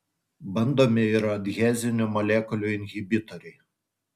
bandomi ir adhezinių molekulių inhibitoriai